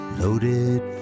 loaded